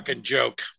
joke